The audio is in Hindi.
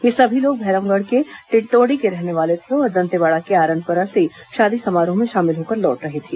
ये सभी लोग भैरमगढ़ के टिंटोडी के रहने वाले हैं और दंतेवाड़ा के आरनपरा से शादी समारोह में शामिल होकर लौट रहे थे